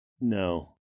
no